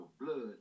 blood